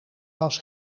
was